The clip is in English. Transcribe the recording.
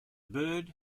bird